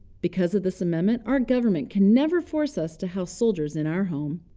because of this amendment, our government can never force us to house soldiers in our home.